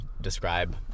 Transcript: describe